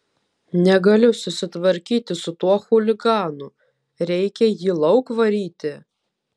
negaliu susitvarkyti su tuo chuliganu reikia jį lauk varyti